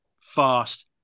fast